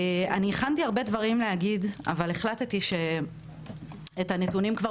אני הכנתי הרבה דברים להגיד אבל החלטתי שאת הנתונים כבר